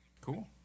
cool